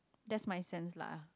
that's my sense lah